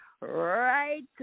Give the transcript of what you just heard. right